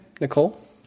nicole